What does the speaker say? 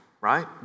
right